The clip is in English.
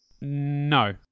No